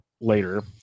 later